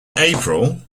april